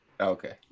Okay